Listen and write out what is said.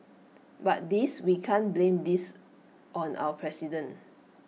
but this we can't blame this on our president